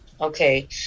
Okay